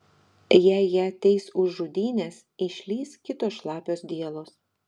jei ją teis už žudynes išlįs kitos šlapios dielos